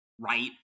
right